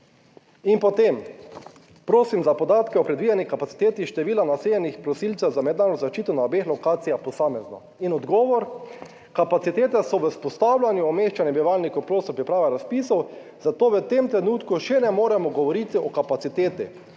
In potem, prosim za podatke o predvideni kapaciteti števila naseljenih prosilcev za mednarodno zaščito na obeh lokacijah posamezno in odgovor, kapacitete so v vzpostavljanju umeščanja bivalnikov, prostor priprave razpisov, zato v tem trenutku še ne moremo govoriti o kapaciteti,